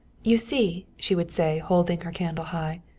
you see! she would say, holding her candle high.